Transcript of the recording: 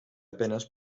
apenas